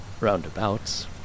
Roundabouts